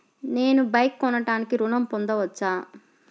నేను బైక్ కొనటానికి ఋణం పొందవచ్చా?